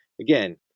again